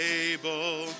able